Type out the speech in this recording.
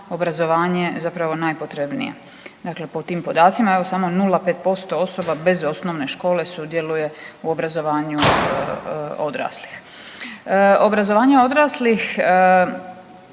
obrazovanje zapravo najpotrebnije. Dakle, po tim podacima evo samo 0,5% osoba bez osnovne škole sudjeluje u obrazovanju odraslih. Obrazovanje odraslih